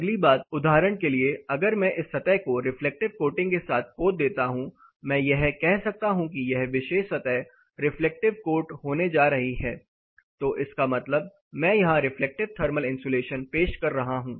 अगली बात उदाहरण के लिए अगर मैं इस सतह को रिफ्लेक्टिव कोटिंग के साथ पोत रहा हूं तो मैं यह कह सकता हूं कि यह विशेष सतह रिफ्लेक्टिव कोट होने जा रही है तो इसका मतलब मैं यहां रिफ्लेक्टिव थर्मल इन्सुलेशन पेश कर रहा हूं